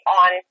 on